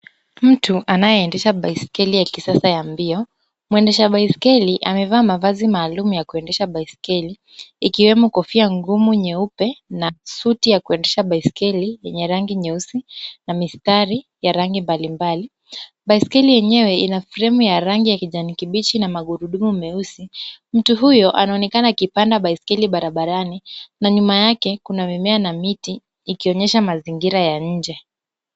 Mtu anayeendesha baiskeli ya kisasa ya mbio. Mwendesha baiskeli amevaa mavazi maalum ya kuendesha baiskeli, ikiwemo kofia ngumu nyeupe na suti ya kuendesha baiskeli yenye rangi nyeusi na mistari ya rangi mbalimbali. Baiskeli yenyewe ina fremu ya rangi ya kijani kibichi na magurudumu meusi. Mtu huyo anaonekana akipanda baiskeli barabarani na nyuma yake kuna mimea na miti ikionyesha mazingira ya nje.